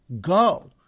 go